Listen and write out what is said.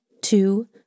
two